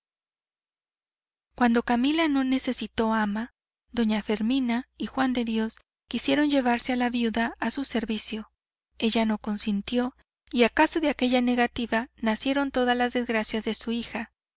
cuando camila no necesitó ama doña fermina y juan de dios quisieron llevarse a la viuda a su servicio ella no consintió y acaso de aquella negativa nacieron todas las desgracias de su hija